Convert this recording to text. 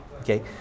okay